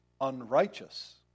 unrighteous